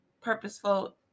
purposeful